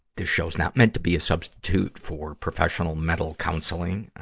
this show's not meant to be a substitute for professional mental counseling.